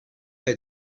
had